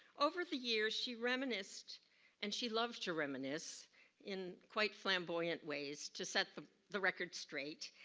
over the years she reminisced and she loved to reminisce in quite flamboyant ways to set the the record straight.